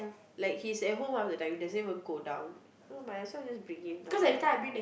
like he's at home half the time he doesn't even go down so might as well just bring him down now